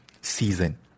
season